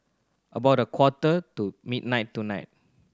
about a quarter to midnight tonight